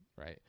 right